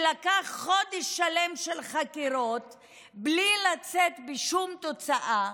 זה לקח חודש שלם של חקירות בלי לצאת עם שום תוצאה,